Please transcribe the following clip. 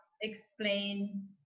explain